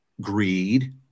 greed